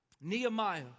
Nehemiah